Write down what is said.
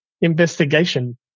investigation